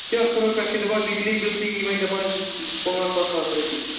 کیٛاہ کَرَو پٮ۪ٹھٕ چھِ دپان بجلی بِل تہِ یی وٕنۍ دپان پانٛژھ پانٛژھ ساس رۄپیہِ